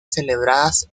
celebradas